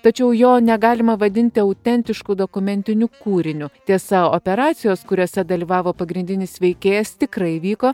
tačiau jo negalima vadinti autentišku dokumentiniu kūriniu tiesa operacijos kuriose dalyvavo pagrindinis veikėjas tikrai vyko